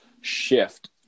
shift